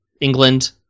England